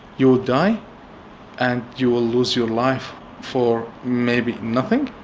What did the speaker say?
you will die and you will lose your life for maybe nothing.